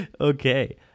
Okay